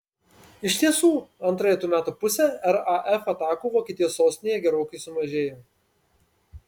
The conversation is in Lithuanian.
iš tiesų antrąją tų metų pusę raf atakų vokietijos sostinėje gerokai sumažėjo